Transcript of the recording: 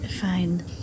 fine